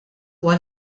huwa